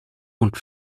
und